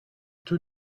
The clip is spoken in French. tout